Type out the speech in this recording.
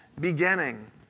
beginning